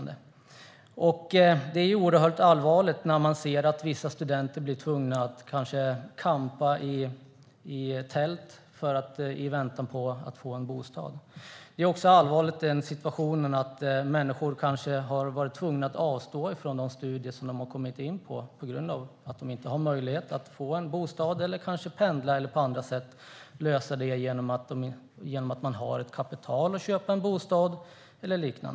Det är oerhört allvarligt när man ser att vissa studenter blir tvungna att campa i tält i väntan på en bostad. Det är också allvarligt att vi har en situation där människor har varit tvungna att avstå från studier på den utbildning de har kommit in på på grund av att de inte har möjlighet att få en bostad, att pendla eller att på andra sätt lösa det hela - kanske genom att ha kapital för att köpa en bostad.